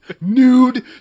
Nude